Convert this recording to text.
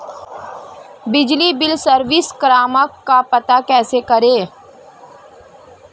बिजली bill service क्रमांक का पता कैसे करें?